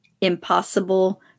Impossible